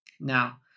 Now